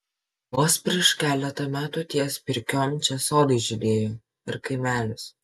vos prieš keletą metų ties pirkiom čia sodai žydėjo ir kaimelis